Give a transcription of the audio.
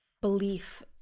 belief